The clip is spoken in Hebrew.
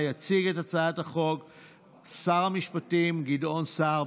ותיכנס לספר החוקים של מדינת ישראל.